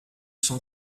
cent